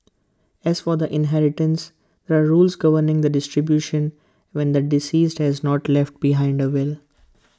as for the inheritance there are rules governing the distribution when the deceased has not left behind A will